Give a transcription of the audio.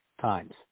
times